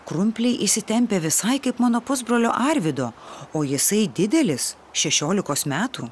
krumpliai įsitempę visai kaip mano pusbrolio arvydo o jisai didelis šešiolikos metų